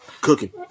cooking